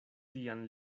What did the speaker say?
tian